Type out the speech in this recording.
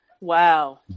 Wow